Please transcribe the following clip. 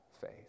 faith